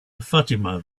fatima